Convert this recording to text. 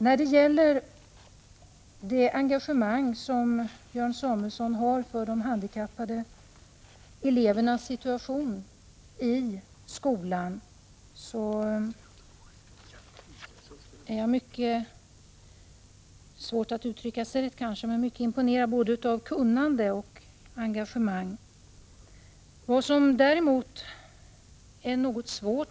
Jag är mycket imponerad -— jag har svårt att kanske finna rätt uttryck — både av Björn Samuelsons kunnande och av hans engagemang när det gäller de handikappade elevernas situation i skolan.